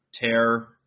tear